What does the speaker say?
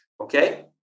Okay